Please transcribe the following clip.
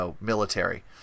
military